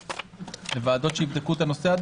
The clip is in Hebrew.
לוועדות שיבדקו את הנושא?